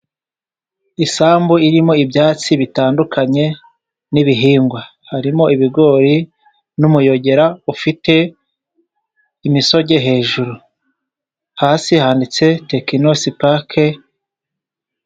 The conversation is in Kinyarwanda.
Isambu irimo ibyatsi bitandukanye n'ibihingwa harimo ibigori n'umuyogera ufite imisogwe hejuru, hasi handitse tekinosi pake.